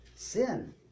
Sin